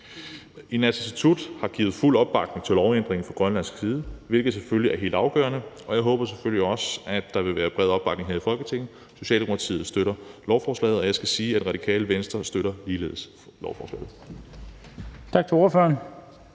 Inatsisartut har givet fuld opbakning til lovændringen fra grønlandsk side, hvilket selvfølgelig er helt afgørende, og jeg håber selvfølgelig, at der også vil være bred opbakning her i Folketinget. Socialdemokratiet støtter lovforslaget, og jeg skal sige, at Det Radikale Venstre ligeledes støtter lovforslaget.